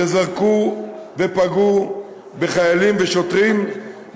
שזרקו ופגעו בחיילים ושוטרים.